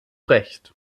recht